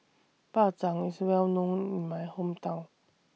Bak Chang IS Well known in My Hometown